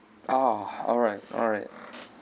ah alright alright